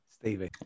Stevie